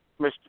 Mr